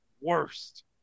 worst